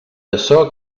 açò